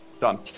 Done